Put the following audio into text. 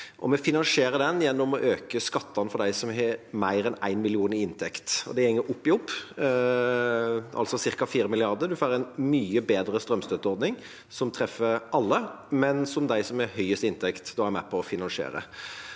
Vi finansierer det ved å øke skatten for dem som har mer enn 1 mill. kr i inntekt. Det går opp i opp, altså ca. 4 mrd. kr. En får da en mye bedre strømstøtteordning som treffer alle, men som de som har høyest inntekter, er med på å finansiere.